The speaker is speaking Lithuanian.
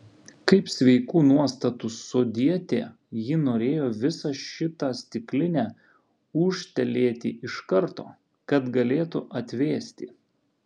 kaip sveikų nuostatų sodietė ji norėjo visą šitą stiklinę ūžtelėti iš karto kad galėtų atvėsti